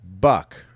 Buck